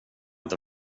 inte